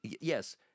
yes